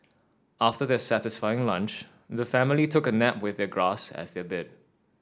after their satisfying lunch the family took a nap with the grass as their bed